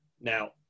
Now